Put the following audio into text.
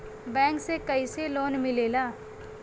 Bank से कइसे loan मिलेला?